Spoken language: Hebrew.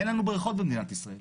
אין לנו בריכות במדינת ישראל.